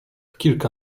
kilka